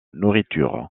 nourriture